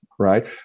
right